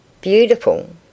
Beautiful